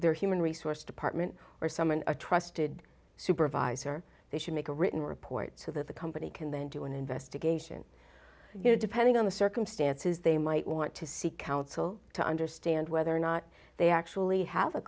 their human resource department or summon a trusted supervisor they should make a written report so that the company can then do an investigation you know depending on the circumstances they might want to seek counsel to understand whether or not they actually have a